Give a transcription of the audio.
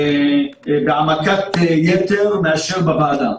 בהעמקת יתר מאשר בוועדה.